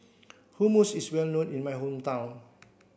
hummus is well known in my hometown